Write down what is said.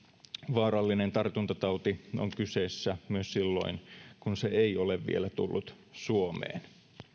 vaarallinen tartuntatauti on kyseessä myös silloin kun se ei ole vielä tullut suomeen